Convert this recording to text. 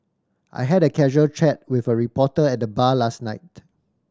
I had a casual chat with a reporter at the bar last night